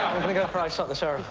to go for i shot the sheriff.